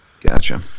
Gotcha